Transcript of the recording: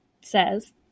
says